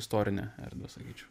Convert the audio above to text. istorinę erdvę sakyčiau